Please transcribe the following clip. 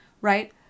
Right